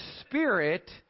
spirit